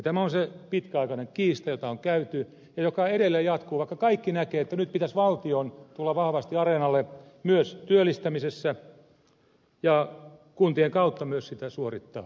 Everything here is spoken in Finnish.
tämä on se pitkäaikainen kiista jota on käyty ja joka edelleen jatkuu vaikka kaikki näkevät että nyt pitäisi valtion tulla vahvasti areenalle myös työllistämisessä ja kuntien kautta myös sitä suorittaa